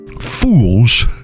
Fools